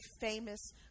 famous